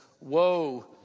woe